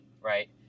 right